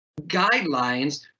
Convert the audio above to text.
guidelines